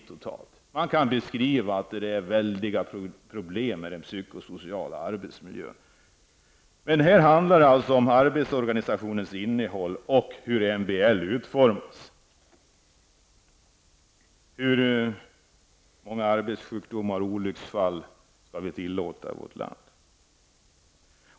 Visserligen kan man säga att det är väldiga problem med den psykosociala arbetsmiljön, men egentligen handlar det om arbetsorganisationens innehåll och om hur MBL utformas. Hur många arbetsskador och olycksfall skall vi tillåta i vårt land?